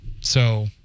So-